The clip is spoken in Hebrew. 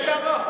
איזה סדרות?